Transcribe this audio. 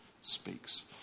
speaks